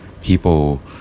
people